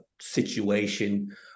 situation